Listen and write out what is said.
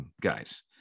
Guys